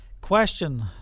Question